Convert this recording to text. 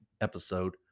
episode